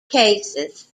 cases